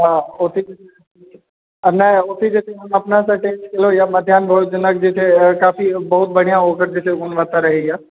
हँ ओतै नहि ओतै जे छै से मध्याह्नक भोजनक बहुत काफी बढ़िऑं ओकर जे छै से गुणवत्ता रहैया